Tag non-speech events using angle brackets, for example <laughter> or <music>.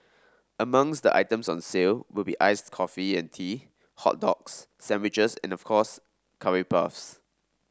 among <unintelligible> the items on sale will be iced coffee and tea hot dogs sandwiches and of course curry puffs